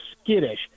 skittish